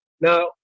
Now